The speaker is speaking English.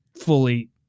fully